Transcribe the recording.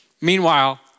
Meanwhile